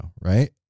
right